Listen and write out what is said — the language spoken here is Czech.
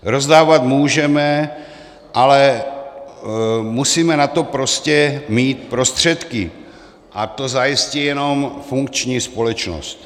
Rozdávat můžeme, ale musíme na to prostě mít prostředky, a to zajistí jenom funkční společnost.